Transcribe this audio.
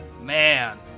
Man